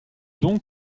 donc